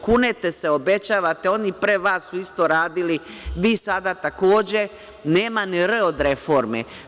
Kunete se, obećavate, oni pre vas su isto radili, vi sada takođe, nema ni „r“ od reforme.